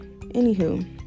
Anywho